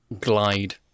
glide